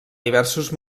diversos